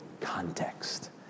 context